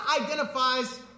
identifies